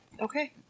Okay